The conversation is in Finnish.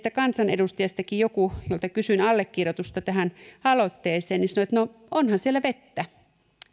teistä kansanedustajistakin joku jolta kysyin allekirjoitusta tähän aloitteeseen sanoi no onhan siellä vettä